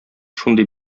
шундый